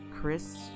Chris